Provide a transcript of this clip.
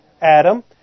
Adam